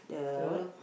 don't know